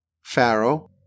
Pharaoh